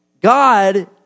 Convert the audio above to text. God